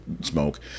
smoke